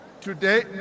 Today